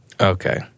Okay